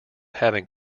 having